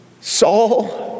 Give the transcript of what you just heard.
Saul